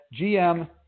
GM